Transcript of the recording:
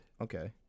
Okay